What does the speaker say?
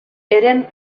eren